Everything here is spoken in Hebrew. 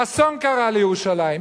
אסון קרה לירושלים.